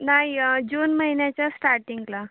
नाही जून महिन्याच्या स्टार्टिंकला